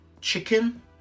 chicken